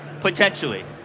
Potentially